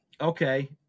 Okay